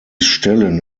stellen